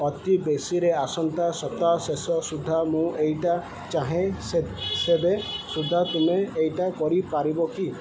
ଅତି ବେଶିରେ ଆସନ୍ତା ସପ୍ତାହ ଶେଷ ସୁଦ୍ଧା ମୁଁ ଏଇଟା ଚାହେଁ ସେବେ ସୁଦ୍ଧା ତୁମେ ଏଇଟା କରିପାରିବ କି